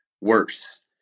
worse